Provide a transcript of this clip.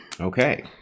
Okay